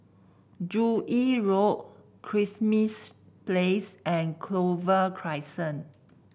Joo Yee Road Kismis Place and Clover Crescent